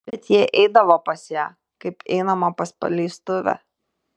bet jie eidavo pas ją kaip einama pas paleistuvę